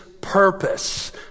purpose